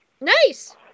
Nice